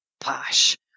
posh